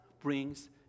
brings